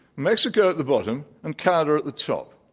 mexico at the bottom, and canada at the top.